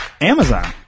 Amazon